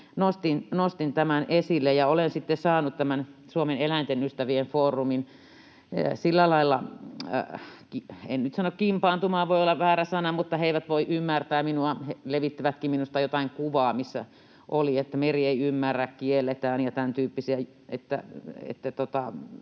nostin tämän esille. Olen sitten saanut tämän Suomen eläintenystävien foorumin sillä lailla, en nyt sano ”kimpaantumaan”, voi olla väärä sana, mutta he eivät voi ymmärtää minua. He levittivätkin minusta jotain kuvaa, missä oli, että ”Meri ei ymmärrä”, ”kielletään” ja tämäntyyppisiä.